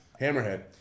Hammerhead